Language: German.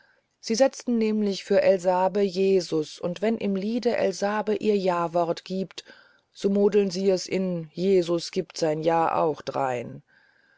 sie setzten nämlich für elsabe jesus und wenn im liede elsabe ihr jawort gibt so modeln sie das in jesus gibt sein ja auch drein